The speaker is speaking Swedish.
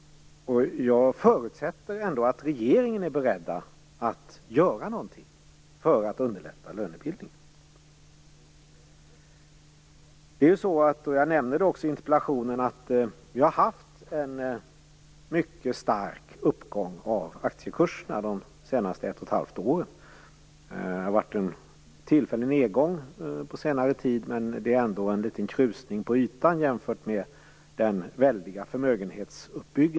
Jag förutsätter ändå att regeringen är beredd att göra någonting för att underlätta den. Jag nämnde i interpellationen att det har varit en mycket stark uppgång av aktiekurserna under de senaste 11⁄2 åren.